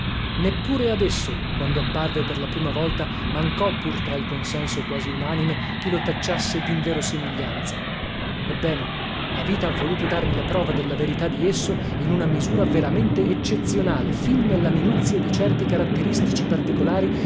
ad esso quando apparve per la prima volta mancò pur tra il consenso quasi unanime chi lo tacciasse dinverosimiglianza ebbene la vita ha voluto darmi la prova della verità di esso in una misura veramente eccezionale fin nella minuzia di certi caratteristici particolari